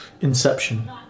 Inception